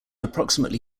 approximately